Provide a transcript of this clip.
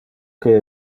que